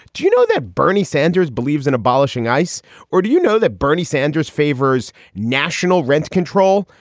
do you know that bernie sanders believes in abolishing ice or do you know that bernie sanders favors national rent control,